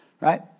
Right